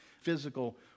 Physical